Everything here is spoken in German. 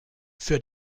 für